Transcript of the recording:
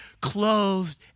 clothed